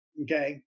Okay